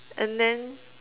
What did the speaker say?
and then